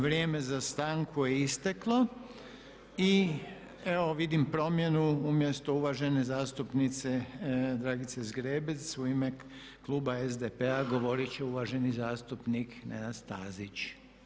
Vrijeme za stanku je isteklo i evo vidim promjenu, umjesto uvažene zastupnice Dragice Zgrebec u ime kluba SDP-a govorit će uvaženi zastupnik Nenad Stazić.